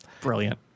brilliant